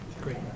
great